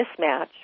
mismatch